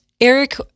Eric